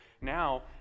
now